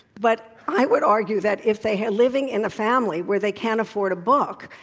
but i would argue that if they were living in a family where they can't afford a book,